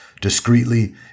discreetly